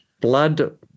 blood